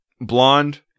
Blonde